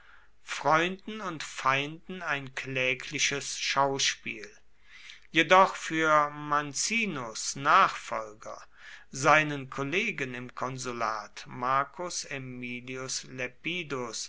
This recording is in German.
freunden und feinden ein klägliches schauspiel jedoch für mancinus nachfolger seinen kollegen im konsulat marcus aemilius lepidus